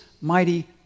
mighty